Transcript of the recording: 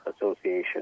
association